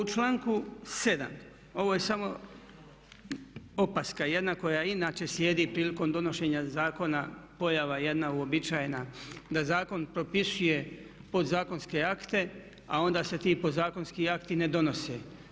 U članku 7., ovo je samo opaska jedna koja inače slijedi prilikom donošenja zakona, pojava jedna uobičajena da zakon propisuje podzakonske akte a onda se ti podzakonski akti ne donose.